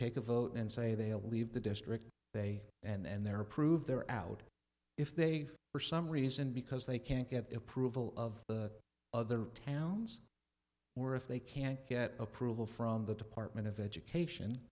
take a vote and say they'll leave the district they and their prove they're out if they are some reason because they can't get the approval of the other towns or if they can't get approval from the department of education